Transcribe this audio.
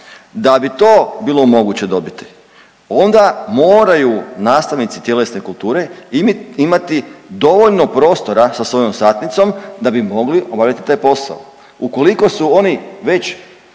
Da bi to bilo moguće dobiti onda moraju nastavnici tjelesne kulture imati dovoljno prostora sa svojom satnicom da bi mogli obavljati taj posao. Ukoliko su oni već